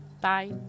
Bye